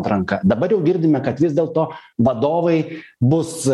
atranka dabar jau girdime kad vis dėlto vadovai bus